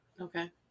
okay